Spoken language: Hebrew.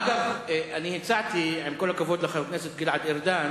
אגב, הצעתי, עם כל הכבוד לחבר הכנסת גלעד ארדן,